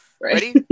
Ready